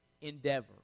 endeavor